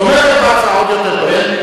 תומכת בהצעה, עוד יותר טוב.